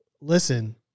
listen